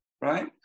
right